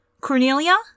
Cornelia